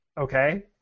okay